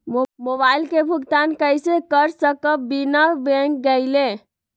Mobile के भुगतान कईसे कर सकब बिना बैंक गईले?